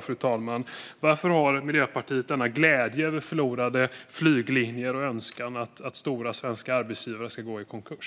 Fru talman! Därför undrar jag varför Miljöpartiet gläds över förlorade flyglinjer och önskar att stora svenska arbetsgivare ska gå i konkurs.